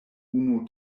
unu